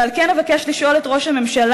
ועל כן אבקש לשאול את ראש הממשלה,